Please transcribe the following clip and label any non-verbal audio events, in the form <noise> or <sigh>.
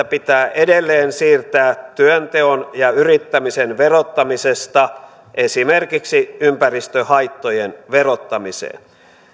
<unintelligible> pitää edelleen siirtää työnteon ja yrittämisen verottamisesta esimerkiksi ympäristöhaittojen verottamiseen